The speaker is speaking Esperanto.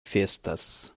festas